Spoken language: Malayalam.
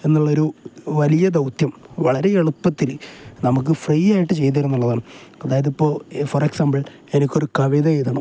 എന്നുള്ള ഒരു വലിയ ദൗത്യം വളരെ എളുപ്പത്തിൽ നമുക്ക് ഫ്രീ ആയിട്ട് ചെയ്തു തരിക എന്നുള്ളതാണ് അതായത് ഇപ്പോൾ ഫോർ എക്സാമ്പിൾ എനിക്ക് ഒരു കവിത എഴുതണം